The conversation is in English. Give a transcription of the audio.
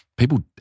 People